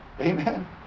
amen